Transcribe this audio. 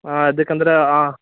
ಅದಕ್ಕೆ ಅಂದ್ರೆ ಹಾಂ